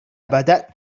بدأت